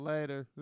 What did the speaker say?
Later